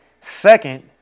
Second